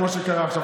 במה שקרה עכשיו.